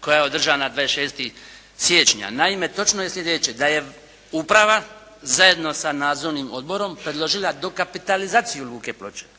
koja je održana 26. siječnja. Naime, točno je slijedeće, da je uprava zajedno sa nadzornim odborom predložila dokapitalizaciju Luke Ploče